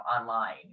online